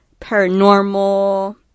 paranormal